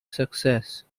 success